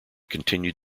continued